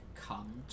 come